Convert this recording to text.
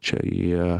čia jie